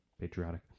patriotic